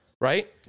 right